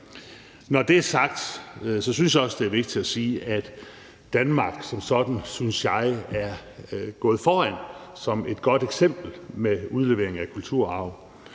Når det er sagt, synes jeg også, det er vigtigt at sige, at Danmark som sådan – synes jeg – er gået foran som et godt eksempel med udlevering af kulturarv.